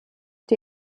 die